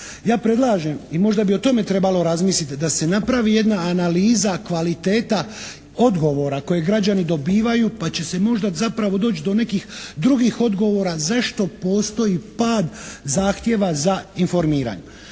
Ja predlažem i možda bi o tome trebalo razmisliti, da se napravi jedna analiza kvaliteta odgovora koje građani dobivaju pa će se možda zapravo doći do nekih drugih odgovora zašto postoji pad zahtjeva za informacijama.